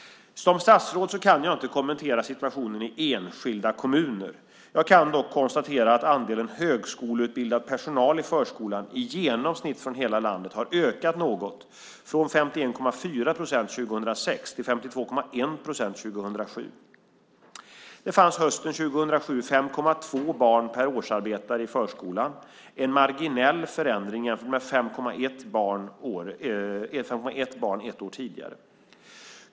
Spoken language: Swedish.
Som statsråd kan jag inte kommentera situationen i enskilda kommuner. Jag kan dock konstatera att andelen högskoleutbildad personal i förskolan i genomsnitt för hela landet har ökat något, från 51,4 procent 2006 till 52,1 procent 2007. Det fanns hösten 2007 5,2 barn per årsarbetare i förskolan, en marginell förändring jämfört med 5,1 barn ett år tidigare.